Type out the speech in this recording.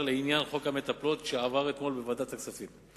בעניין חוק המטפלות שעבר אתמול בוועדת הכספים.